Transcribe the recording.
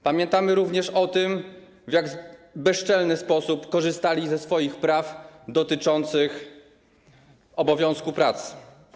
Pamiętamy również o tym, w jak bezczelny sposób korzystali ze swoich praw dotyczących obowiązku pracy.